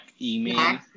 email